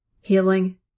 healing